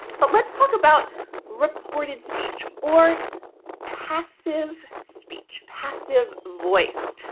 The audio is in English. but let's talk about reported speech or passive speech, passive voice.